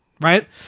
right